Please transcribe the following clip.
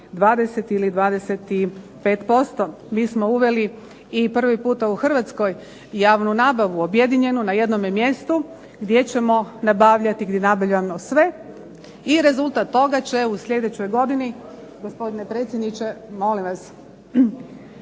20 ili 25%. Mi smo uveli i prvi puta u Hrvatskoj javnu nabavu, objedinjenu na jednome mjestu gdje ćemo nabavljati gdje nabavljamo sve i rezultat toga će u sljedećoj godini, gospodine predsjedniče molim vas,